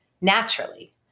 naturally